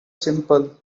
simple